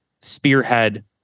spearhead